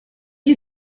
you